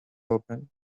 open